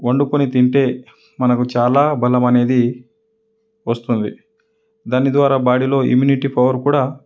వండుకుని తింటే మనకు చాలా బలం అనేది వస్తుంది దాని ద్వారా బాడీలో ఇమ్యూనిటీ పవర్ కూడా